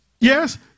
Yes